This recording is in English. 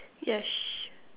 yes